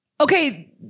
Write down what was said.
okay